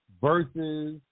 Versus